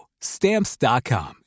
Stamps.com